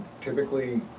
typically